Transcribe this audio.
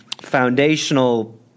foundational